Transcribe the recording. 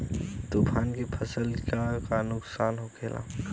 तूफान से फसल के का नुकसान हो खेला?